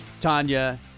tanya